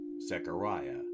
Zechariah